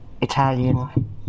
Italian